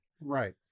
Right